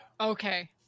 Okay